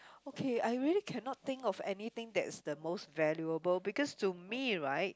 okay I really cannot think of anything that is the most valuable because to me right